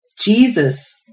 Jesus